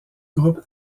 groupe